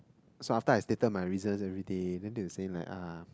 so after I stated my reasons everything then they will say like uh